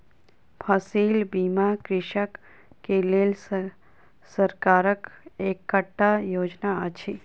फसिल बीमा कृषक के लेल सरकारक एकटा योजना अछि